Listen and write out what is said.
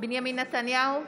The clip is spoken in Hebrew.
בנימין נתניהו,